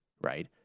right